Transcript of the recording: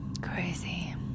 crazy